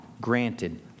granted